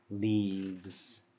leaves